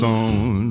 on